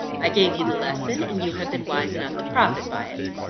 i gave you the lesson, and you have been wise enough to profit by it.